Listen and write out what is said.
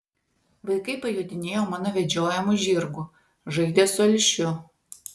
vaikai pajodinėjo mano vedžiojamu žirgu žaidė su alšiu